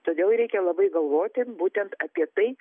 todėl reikia labai galvoti būtent apie tai